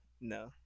no